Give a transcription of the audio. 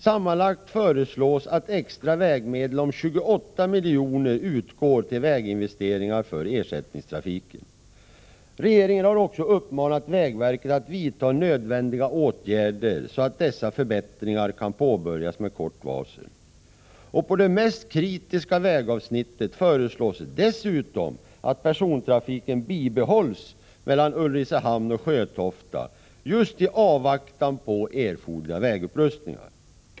Sammanlagt föreslås att extra vägmedel på 28 miljoner utgår till väginvesteringar för ersättningstrafiken. Regeringen har också uppmanat vägverket att vidta nödvändiga åtgärder så att dessa förbättringar kan påbörjas med kort varsel. På det mest kritiska vägavsnittet föreslås det dessutom att persontrafiken bibehålls mellan Ulricehamn och Sjötofta i avvaktan på erforderliga vägupprustningar.